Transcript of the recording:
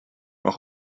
noch